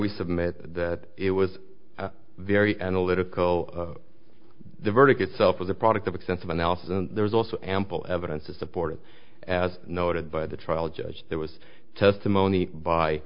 we submit that it was very analytical the verdict itself of the product of extensive analysis and there was also ample evidence to support it as noted by the trial judge there was testimony by